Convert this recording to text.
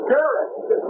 Garrett